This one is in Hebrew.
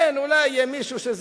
כן, אולי יהיה מישהו.